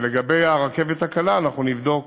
לגבי הרכבת הקלה, אנחנו נבדוק